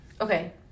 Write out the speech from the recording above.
Okay